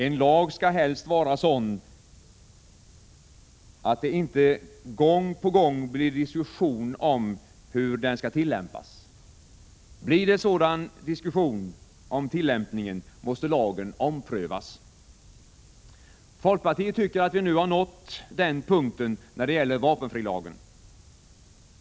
En lag skall helst vara sådan att det inte gång på gång blir diskussion om hur den skall tillämpas. Blir det sådan diskussion om tillämpningen, måste lagen omprövas. Folkpartiet tycker att vi nu har nått den punkten när det gäller vapenfrilagen.